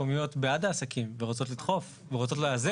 המקומיות בעד העסקים ורוצות לדחוף ורוצות לאזן.